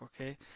okay